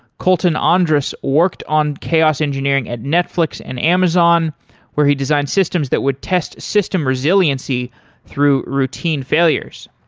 kolton andrus worked on chaos engineering at netflix and amazon where he designed systems that would test system resiliency through routine failures.